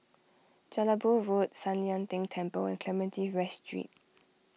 Jelebu Road San Lian Deng Temple and Clementi West Street